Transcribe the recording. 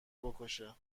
بکشه